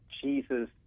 Jesus